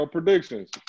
Predictions